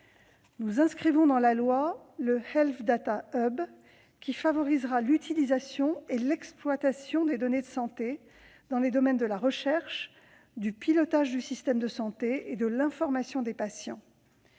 Nous inscrivons ainsi dans la loi le Health Data Hub, qui favorisera l'utilisation et l'exploitation des données de santé dans les domaines de la recherche, du pilotage du système de santé et de l'information des patients.